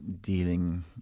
dealing